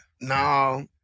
No